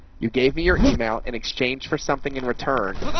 you gave me your email in exchange for something in return.